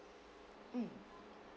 mm